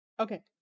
Okay